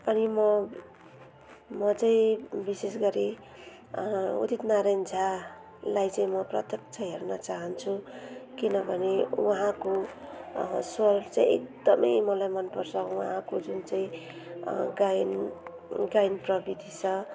अनि म म चाहिँ विशेष गरी उदित नारायण झालाई चाहिँ म प्रत्यक्ष हेर्न चाहान्छु किनभने उहाँको स्वर चाहिँ एकदमै मलाई मन पर्छ उहाँको जुनचाहिँ गायन गायन प्रवृत्ति छ